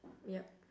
yup